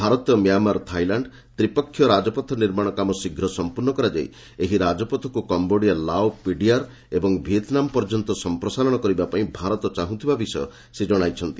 Bharat Myanmar Thailand ତ୍ରିପକ୍ଷୀୟ ରାଜପଥ ନିର୍ମାଣ କାମ ଶୀଘ୍ର ସମ୍ପୂର୍ଣ୍ଣ କରାଯାଇ ଏହି ରାଜପଥକୁ କାମ୍ବୋଡ଼ିଆ ଲାଓ ପିଡିଆର୍ ଓ ଭିଏତନାମ୍ ପର୍ଯ୍ୟନ୍ତ ସମ୍ପ୍ରସାରଣ କରିବା ପାଇଁ ଭାରତ ଚାହୁଁଥିବା ବିଷୟ ସେ ଜଣାଇଛନ୍ତି